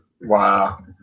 Wow